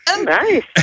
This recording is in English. Nice